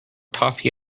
toffee